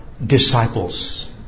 Disciples